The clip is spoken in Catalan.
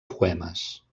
poemes